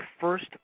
first